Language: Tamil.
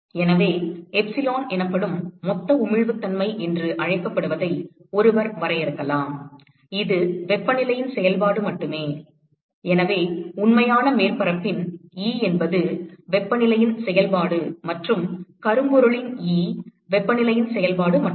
எனவே எப்சிலான் எனப்படும் மொத்த உமிழ்வுத்தன்மை என்று அழைக்கப்படுவதை ஒருவர் வரையறுக்கலாம் இது வெப்பநிலையின் செயல்பாடு மட்டுமே எனவே உண்மையான மேற்பரப்பின் E என்பது வெப்பநிலையின் செயல்பாடு மற்றும் கரும்பொருளின் E வெப்பநிலையின் செயல்பாடு மட்டுமே